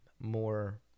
more